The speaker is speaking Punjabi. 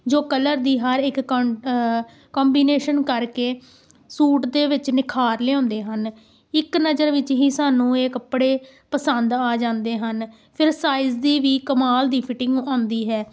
ਜੋ ਕਲਰ ਦੀ ਹਰ ਇੱਕ ਕੋਂਟ ਕੰਬੀਨੇਸ਼ਨ ਕਰਕੇ ਸੂਟ ਦੇ ਵਿੱਚ ਨਿਖਾਰ ਲਿਆਉਂਦੇ ਹਨ ਇੱਕ ਨਜ਼ਰ ਵਿੱਚ ਹੀ ਸਾਨੂੰ ਇਹ ਕੱਪੜੇ ਪਸੰਦ ਆ ਜਾਂਦੇ ਹਨ ਫਿਰ ਸਾਈਜ਼ ਦੀ ਵੀ ਕਮਾਲ ਦੀ ਫਿਟਿੰਗ ਆਉਂਦੀ ਹੈ